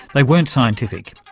they weren't scientific.